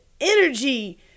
energy